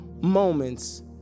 moments